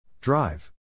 Drive